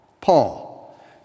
Paul